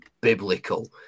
biblical